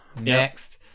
Next